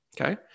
Okay